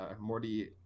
morty